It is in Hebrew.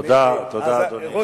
תודה, אדוני.